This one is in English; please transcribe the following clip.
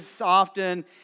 often